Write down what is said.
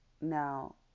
Now